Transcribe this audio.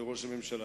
לראש הממשלה: